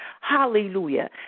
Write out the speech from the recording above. Hallelujah